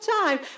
time